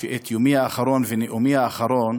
שאת יומי האחרון ואת נאומי האחרון